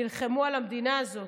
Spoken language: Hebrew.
שנלחמו על המדינה הזאת.